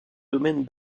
domaine